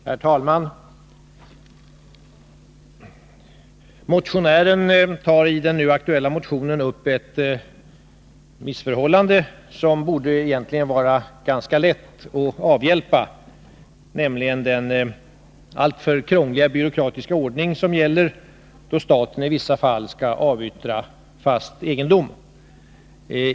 Herr talman! Motionären tar i den nu aktuella motionen upp ett missförhållande som egentligen borde vara ganska lätt att avhjälpa, nämligen den alltför krångliga byråkratiska ordning som gäller då staten i vissa fall skall avyttra fast egendom.